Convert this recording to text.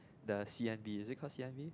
the C_N_B is it call C_N_B